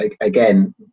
again